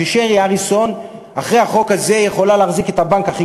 ששרי אריסון אחרי החוק הזה יכולה להחזיק את הבנק הכי